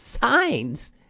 signs